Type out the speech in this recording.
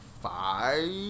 Five